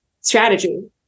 strategy